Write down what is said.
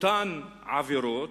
אותן עבירות,